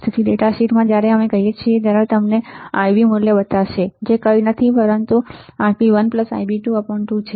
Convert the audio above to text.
તેથી data sheet જ્યારે અમે કહીએ છીએ ત્યારે તે તમને Ib મૂલ્ય બતાવશે જે કંઈ નથી પરંતુ Ib1Ib22 છે